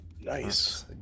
nice